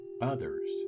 Others